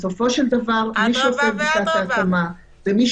בסופו של דבר מי שעושה את בדיקת ההתאמה ומי